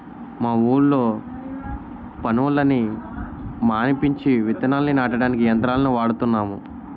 మా ఊళ్ళో పనోళ్ళని మానిపించి విత్తనాల్ని నాటడానికి యంత్రాలను వాడుతున్నాము